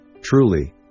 truly